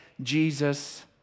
Jesus